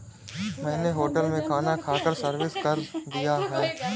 मैंने होटल में खाना खाकर सर्विस कर दिया है